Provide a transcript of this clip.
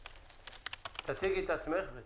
תציגי את עצמך.